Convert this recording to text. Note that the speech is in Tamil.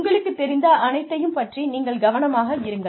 உங்களுக்குத் தெரிந்த அனைத்தையும் பற்றி நீங்கள் கவனமாக இருங்கள்